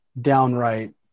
downright